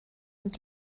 und